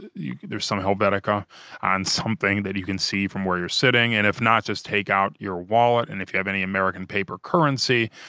there's some helvetica on something that you can see from where you're sitting. and if not, just take out your wallet. and if you have any american paper currency,